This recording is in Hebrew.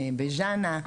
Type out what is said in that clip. בז'אנה,